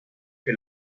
que